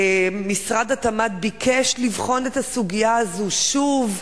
משרד התמ"ת ביקש לבחון את הסוגיה הזו שוב,